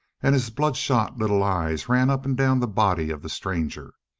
and his bloodshot little eyes ran up and down the body of the stranger.